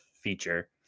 feature